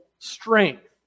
strength